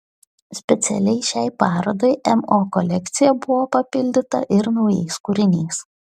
specialiai šiai parodai mo kolekcija buvo papildyta ir naujais kūriniais